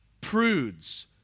prudes